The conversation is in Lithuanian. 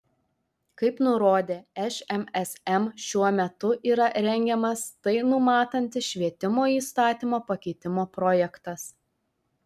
kaip nurodė šmsm šiuo metu yra rengiamas tai numatantis švietimo įstatymo pakeitimo projektas